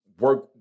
work